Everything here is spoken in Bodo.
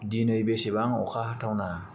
दिनै बेसेबां अखा हाथावना